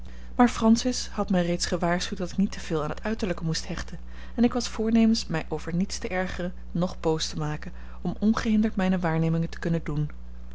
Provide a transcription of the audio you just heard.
maar francis had mij reeds gewaarschuwd dat ik niet te veel aan het uiterlijke moest hechten en ik was voornemens mij over niets te ergeren noch boos te maken om ongehinderd mijne waarnemingen te kunnen doen